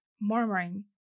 murmuring